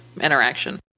interaction